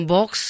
Box